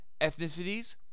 ethnicities